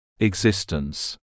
Existence